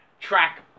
track